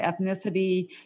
ethnicity